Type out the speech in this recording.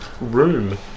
room